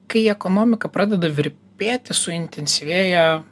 kai ekonomika pradeda virpėti suintensyvėja